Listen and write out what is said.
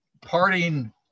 parting